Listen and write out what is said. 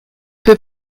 peu